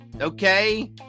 Okay